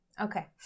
Okay